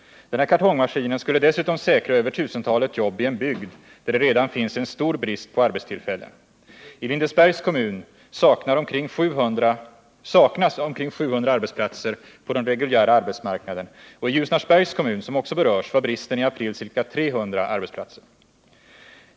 Den här kartongmaskinen skulle dessutom säkra över tusentalet jobb i en bygd där det redan finns stor brist på arbetstillfällen. I Lindesbergs kommun saknas omkring 700 arbetsplatser på den reguljära arbetsmarknaden, och i Ljusnarsbergs kommun, som också berörs, var bristen i april ca 300 arbetsplatser.